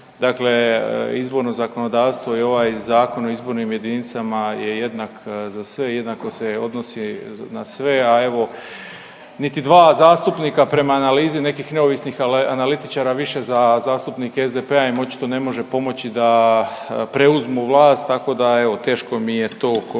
Dakle, izborno zakonodavstvo je ovaj zakon o izbornim jedinicama je jednak za sve i jednako se odnosi za sve, a evo niti dva zastupnika prema analizi nekih neovisnih analitičara više za zastupnike SDP-a im očito ne može pomoći da preuzmu vlast tako da evo teško mi je to komentirati.